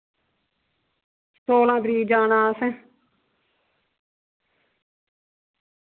सोलां तरीक जाना असें